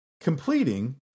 completing